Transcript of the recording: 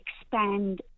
expand